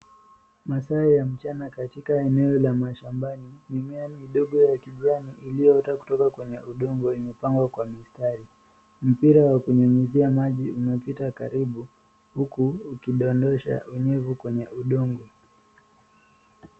Masaa ya mchana katika eneo la mashambani, mimea midogo ya kijani iliyoota kutoka kwenye udongo imepangwa kwa mistari. Mpira wa kunyunyizia maji unapita karibu huku ukidondosha unyevu kwenye udongo.